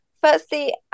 firstly